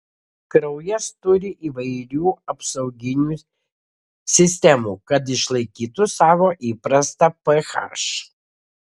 kraujas turi įvairių apsauginių sistemų kad išlaikytų savo įprastą ph